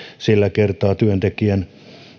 sillä kertaa työntekijän